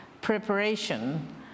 preparation